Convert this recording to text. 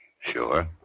Sure